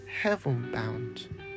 heaven-bound